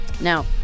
Now